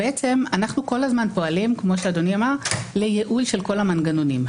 אנחנו כל הזמן פועלים לייעול של כל המנגנונים.